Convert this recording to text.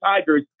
Tigers